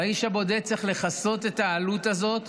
והאיש היחיד צריך לכסות את העלות הזאת,